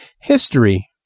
History